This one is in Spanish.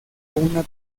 una